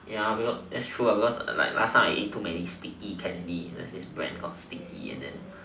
ya be what that's true because like last time I eat too many sticky candy there's this brand called sticky and then